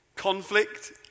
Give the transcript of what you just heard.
Conflict